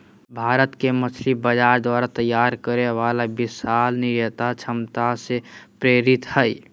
भारत के मछली बाजार द्वारा तैयार करे वाला विशाल निर्यात क्षमता से प्रेरित हइ